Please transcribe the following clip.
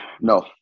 No